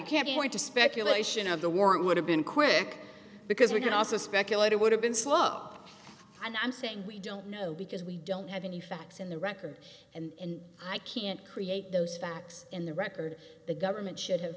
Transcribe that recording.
you can't point to speculation of the warrant would have been quick because we can also speculate it would have been slow and i'm saying we don't know because we don't have any facts in the record and i can't create those facts in the record the government should have